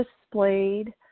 displayed